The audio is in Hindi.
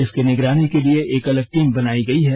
इसकी निगरानी के लिए एक अलग टीम बनाई गई है